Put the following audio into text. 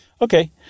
Okay